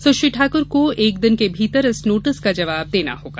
सुश्री ठाकुर को एक दिन के भीतर इस नोटिस का जवाब देना होगा